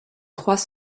trois